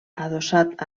adossat